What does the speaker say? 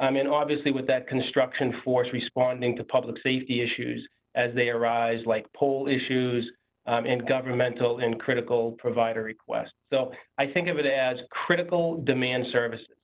um and, obviously, with that construction, force responding to public safety issues as they arise like poll issues and governmental and critical provider requests so i think of it as critical demand services.